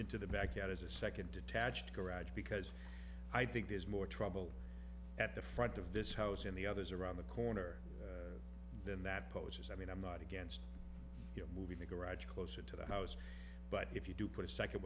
into the back out as a second detached garage because i think there's more trouble at the front of this house in the others around the corner than that poses i mean i'm not against you moving the garage closer to the house but if you do put a second